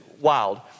wild